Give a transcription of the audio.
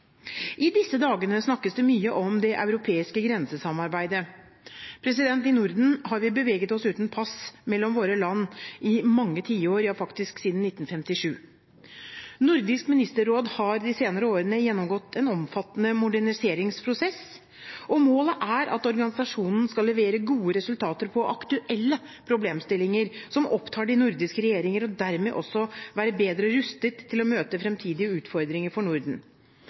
I disse dagene snakkes det mye om det europeiske grensesamarbeidet. I Norden har vi beveget oss uten pass mellom våre land i mange tiår, ja faktisk siden 1957. Nordisk ministerråd har de senere årene gjennomgått en omfattende moderniseringsprosess. Målet er at organisasjonen skal levere gode resultater på aktuelle problemstillinger som opptar de nordiske regjeringer, og dermed også være bedre rustet til å møte fremtidige utfordringer for Norden.